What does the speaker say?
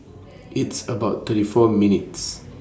It's about thirty four minutes'